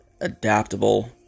adaptable